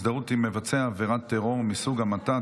הזדהות עם מבצע עבירת טרור מסוג המתה),